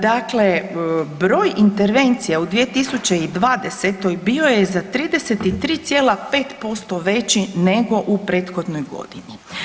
Dakle, broj intervencija u 2020.-toj bio je za 33,5% veći nego u prethodnoj godini.